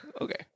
okay